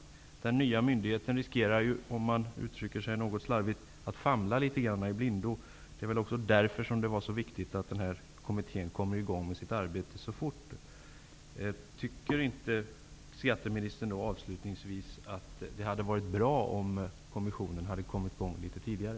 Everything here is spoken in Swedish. Den nya myndigheten riskerar, om man uttrycker sig litet slarvigt, att famla i blindo. Det är också därför det är så viktigt att kommittén fort kommer i gång med sitt arbete. Tycker inte skatteministern att det hade varit bra om kommittén hade kommit i gång litet tidigare?